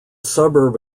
suburb